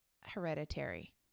hereditary